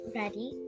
ready